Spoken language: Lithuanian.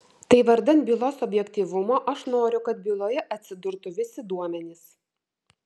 tai vardan bylos objektyvumo aš noriu kad byloje atsidurtų visi duomenys